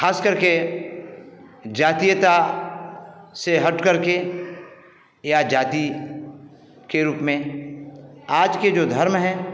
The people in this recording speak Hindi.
ख़ास करके जातीयता से हट करके या जाती के रूप में आज के जो धर्म हैं